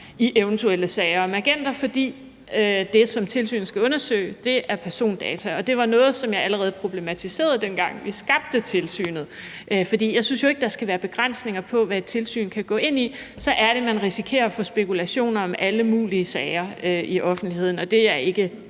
i eventuelle sager om agenter, fordi det, som tilsynet skal undersøge, er persondata. Det var noget, som jeg allerede problematiserede, dengang vi skabte tilsynet. For jeg synes jo ikke, der skal være begrænsninger på, hvad et tilsyn kan gå ind i; så er det, man risikerer at få spekulationer om alle mulige sager i offentligheden, og det er ikke